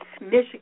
Michigan